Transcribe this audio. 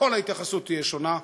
כל ההתייחסות תהיה שונה,